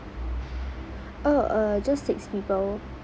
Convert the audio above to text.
oh uh just six people